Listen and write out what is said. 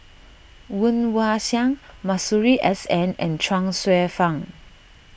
Woon Wah Siang Masuri S N and Chuang Hsueh Fang